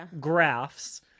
graphs